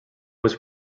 was